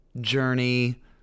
Journey